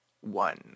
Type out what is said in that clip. one